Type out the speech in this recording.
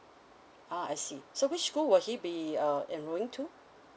ah I see so which school will he be uh enrolling to